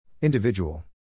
individual